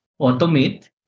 automate